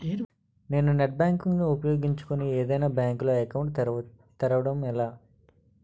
నేను net banking ను ఉపయోగించుకుని ఏదైనా బ్యాంక్ లో అకౌంట్ తెరవడం ఎలా?